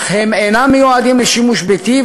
אך הם אינם מיועדים לשימוש ביתי,